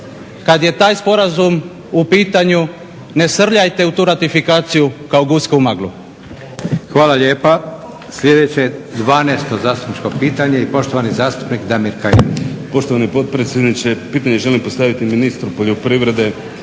kada je taj sporazum u pitanju ne srljajte u tu ratifikaciju kao guska u maglu. **Leko, Josip (SDP)** Hvala lijepa. Sljedeće 12.zastupničko pitanje i poštovani zastupnik Damir Kajin. **Kajin, Damir (IDS)** Poštovani potpredsjedniče. Pitanje želim postaviti ministru poljoprivrede,